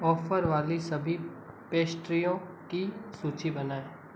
offer वाली सभी पेस्ट्रियों की सूची बनाएँ